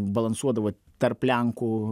balansuodavo tarp lenkų